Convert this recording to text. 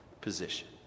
position